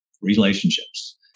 relationships